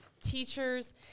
teachers